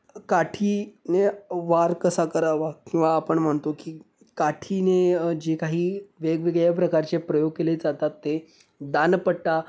काठीने वार कसा करावा किंवा आपण म्हणतो की काठीने जे काही वेगवेगळ्या प्रकारचे प्रयोग केले जातात ते दांडपट्टा